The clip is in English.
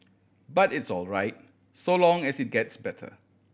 but it's all right so long as it gets better